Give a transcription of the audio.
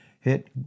hit